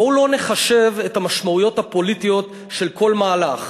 בואו לא נחשב את המשמעויות הפוליטיות של כל מהלך.